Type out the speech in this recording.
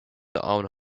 own